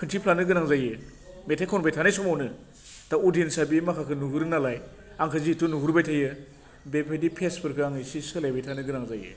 खिन्थिफ्लानो गोनां जायो मेथाइ खनबाय थानाय समावनो दा अदिएन्सा बे माखाखौ नुगोरो नालाय आंखौ जिहेतु नुहुरबाय थायो बेबायदि पेसफोरखौ आं इसे सोलायबाय थानो गोनां जायो